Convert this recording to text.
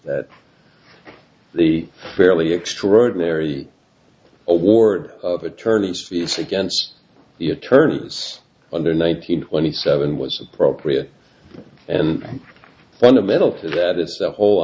that the fairly extraordinary award of attorney's fees against the attorney was under nineteen twenty seven was appropriate and fundamental to that is the whole